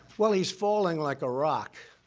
well, he's falling like a rock.